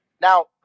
Now